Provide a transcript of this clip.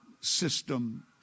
system